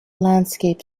landscape